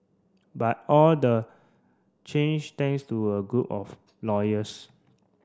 but all the change thanks to a group of lawyers